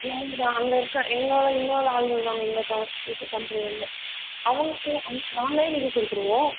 அவங்க தான் அங்கே இருக்க எங்கள் வ இன்னொரு ஆளுங்க கம்பெனியில் இருந்து அவங்க மூலியமாக நாங்களே நீக்கி கொடுத்துருவோம்